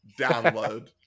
download